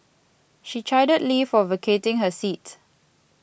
she chided Lee for vacating her seat